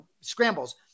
scrambles